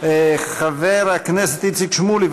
חבר הכנסת איציק שמולי,